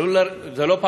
מיגור